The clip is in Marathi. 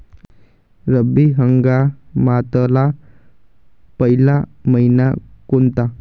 रब्बी हंगामातला पयला मइना कोनता?